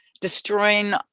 destroying